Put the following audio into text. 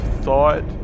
thought